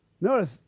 Notice